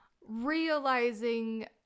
realizing